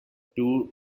two